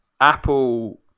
Apple